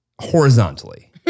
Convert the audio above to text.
horizontally